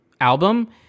album